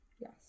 Yes